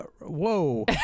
Whoa